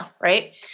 right